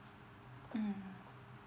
mm